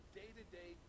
day-to-day